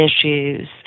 issues